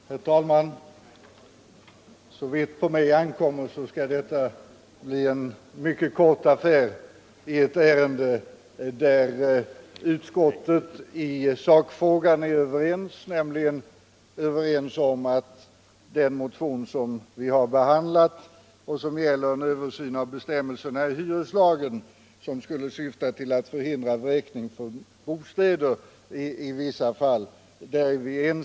Herr talman! Såvitt på mig ankommer skall detta bli en mycket kort affär. Utskottet är i detta ärende överens i sakfrågan, nämligen att avstyrka den motion som vi har behandlat och som gäller en översyn av bestämmelserna i hyreslagen i syfte att förhindra vräkning från bostäder i vissa fall.